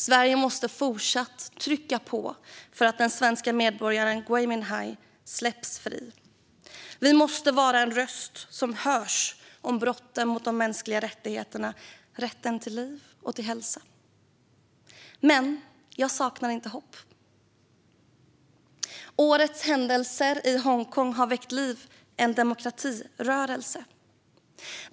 Sverige måste fortsätta att trycka på för att den svenska medborgaren Gui Minhai släpps fri. Vi måste vara en röst som hörs om brotten mot de mänskliga rättigheterna, rätten till liv och rätten till hälsa. Men jag saknar inte hopp. Årets händelser i Hongkong har väckt liv i en demokratirörelse.